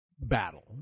battle